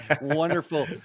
wonderful